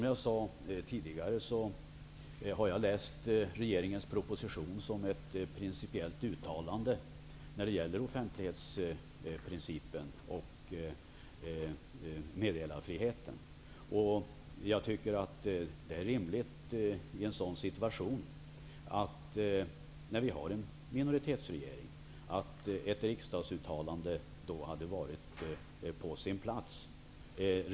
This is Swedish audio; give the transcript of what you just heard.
Jag ser regeringens proposition som ett principiellt uttalande när det gäller offentlighetsprincipen och meddelarfriheten. När vi nu har en minoritetsregering hade ett riksdagsuttalande varit på sin plats.